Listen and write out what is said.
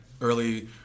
early